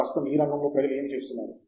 ప్రస్తుతం ఈ రంగంలో ప్రజలు ఏమి చేస్తున్నారు